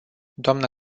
dnă